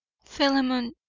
philemon,